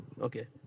Okay